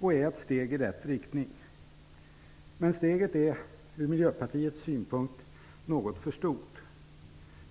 Det är ett steg i rätt riktning. Men steget är ur Miljöpartiets synpunkt något för stort.